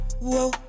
whoa